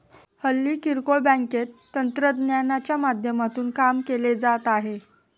हल्ली किरकोळ बँकेत तंत्रज्ञानाच्या माध्यमातून काम केले जात आहे